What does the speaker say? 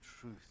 truth